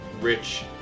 rich